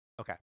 Okay